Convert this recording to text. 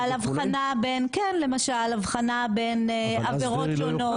כן, למשל הבחנה בין עבירות שונות.